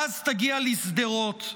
ואז תגיע לשדרות.